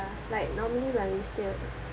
ya like normally when we still